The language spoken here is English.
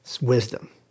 wisdom